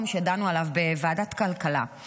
שדנו עליו היום בוועדת הכלכלה.